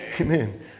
Amen